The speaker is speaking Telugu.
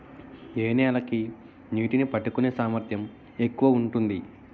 ఏ నేల కి నీటినీ పట్టుకునే సామర్థ్యం ఎక్కువ ఉంటుంది?